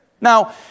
Now